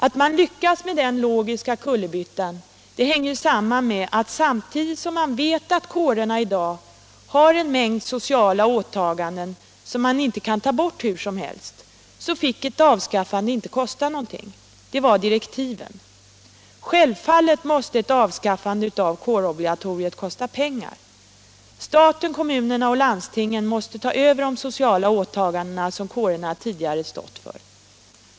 Att man lyckades med den logiska kullerbyttan hänger samman med att samtidigt som man vet att kårerna i dag har en mängd sociala åtaganden som man inte kan ta bort hur som helst fick ett avskaffande inte kosta någonting. Det var direktiven. Självfallet måste ett avskaffande av kårobligatoriet kosta pengar. Staten, kommunerna och landstingen måste ta över de sociala åtaganden som kårerna tidigare stått för.